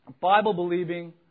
Bible-believing